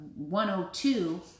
102